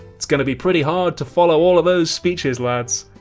it's gonna be pretty hard to follow all of those speeches lads.